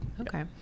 Okay